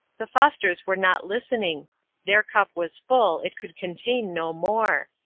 the fosters were not listening their cup was full, it could contain no more.